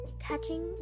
catching